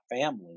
family